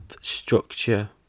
structure